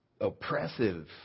oppressive